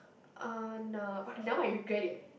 uh nah but now I regret it